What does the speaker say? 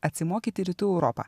atsimokyti rytų europą